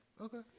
Okay